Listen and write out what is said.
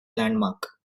landmark